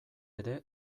ere